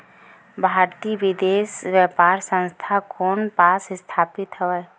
भारतीय विदेश व्यापार संस्था कोन पास स्थापित हवएं?